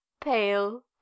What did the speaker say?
pale